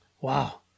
Wow